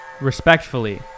Respectfully